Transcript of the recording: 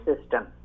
system